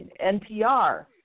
NPR